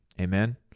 Amen